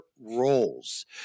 roles